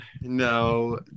no